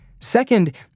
Second